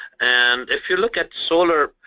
and if you look at solar,